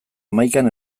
hamaikan